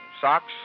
Socks